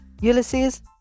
Ulysses